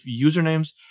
usernames